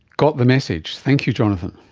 got the message. thank you jonathan.